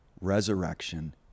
resurrection